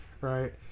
right